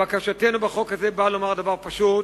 בקשתנו בחוק הזה באה לומר דבר פשוט: